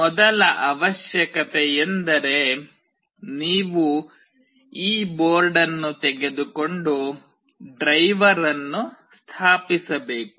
ಮೊದಲ ಅವಶ್ಯಕತೆಯೆಂದರೆ ನೀವು ಈ ಬೋರ್ಡ್ ಅನ್ನು ತೆಗೆದುಕೊಂಡು ಡ್ರೈವರ್ ಅನ್ನು ಸ್ಥಾಪಿಸಬೇಕು